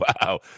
Wow